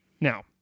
Now